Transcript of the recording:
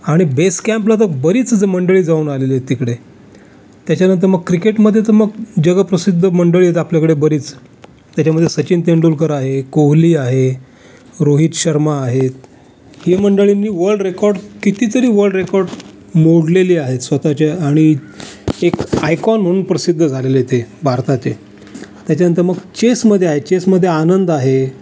आणि बेसकँपला तर बरीच ज मंडळी जाऊन आलेली येत तिकडे त्याच्यानंतर मग क्रिकेटमध्ये तर मग जगप्रसिद्ध मंडळी आहेत आपल्याकडे बरीच त्याच्यामध्ये सचिन तेंडुलकर आहे कोहली आहे रोहित शर्मा आहेत हे मंडळींनी वल्ड रेकॉड कितीतरी वल्ड रेकॉड मोडलेली आहेत स्वतःच्या आणि एक आयकॉन म्हणून प्रसिद्ध झालेले आहेत हे भारताचे त्याच्यानंतर मग चेसमध्ये आहे चेसमध्ये आनंद आहे